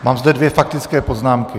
Mám zde dvě faktické poznámky.